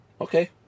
Okay